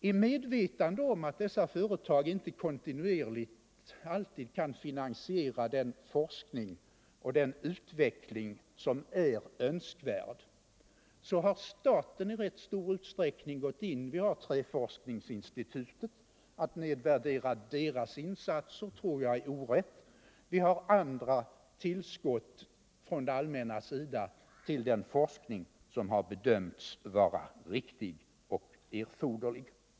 I medvetande om att skogsindustriföretagen inte alltid kan kontinuerligt finansiera den forskning och utveckling som är önskvärd har staten i rätt stor utsträckning gått in. Vi har Träforskningsinstitutet, och att nedvärdera dess insats tror jag vore orätt. Vi har också andra tillskott från det allmännas sida till den forskning som har bedömts vara riktig och erforderlig.